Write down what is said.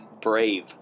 Brave